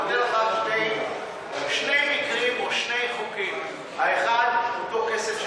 אני אתן לך שני מקרים או שני חוקים: האחד אותו כסף,